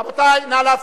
רבותי, נא להפסיק.